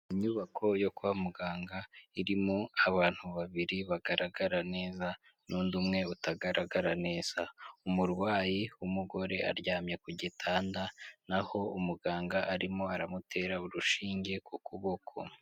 Inyubako yo kwa muganga irimo abantu babiri bagaragara neza n'undi umwe utagaragara neza, umurwayi w'umugore aryamye ku gitanda naho umuganga arimo aramutera urushinge ku kuboko.